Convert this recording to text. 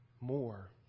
more